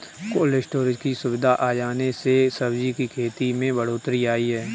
cold storage की सुविधा आ जाने से सब्जी की खेती में बढ़ोत्तरी आई है